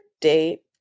date